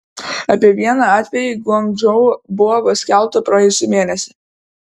apie vieną atvejį guangdžou buvo paskelbta praėjusį mėnesį